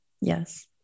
Yes